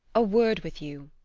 a word with you.